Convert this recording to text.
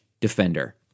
Defender